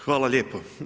Hvala lijepo.